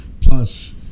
plus